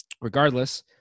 regardless